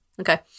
Okay